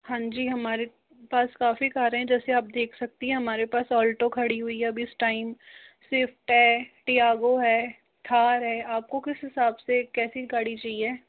हाँ जी हमारे पास काफ़ी कारें हैं जैसे आप देख सकती हैं हमारे पास अल्टो खड़ी हुई है इस टाइम स्विफ्ट है टियागो है थार है आपको किस हिसाब से कैसी गाड़ी चाहिए